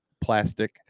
plastic